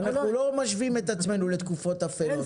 אנחנו לא משווים את עצמינו לתקופות אפילות,